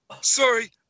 Sorry